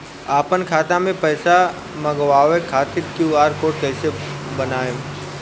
आपन खाता मे पैसा मँगबावे खातिर क्यू.आर कोड कैसे बनाएम?